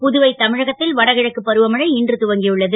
புதுவை தமிழகத் ல் வடகிழக்கு பருவமழை இன்று துவங்கியுள்ளது